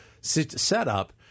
setup